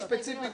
רוב נמנעים,